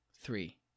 three